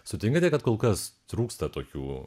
sutinkate kad kol kas trūksta tokių